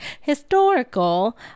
historical